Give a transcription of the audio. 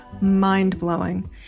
mind-blowing